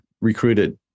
recruited